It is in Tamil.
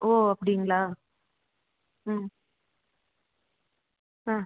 ஓ அப்படிங்ளா ம் ஆ